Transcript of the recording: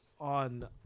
on